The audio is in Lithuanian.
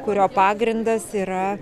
kurio pagrindas yra